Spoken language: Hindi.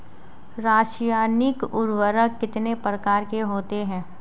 रासायनिक उर्वरक कितने प्रकार के होते हैं?